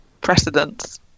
precedence